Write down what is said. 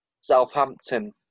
Southampton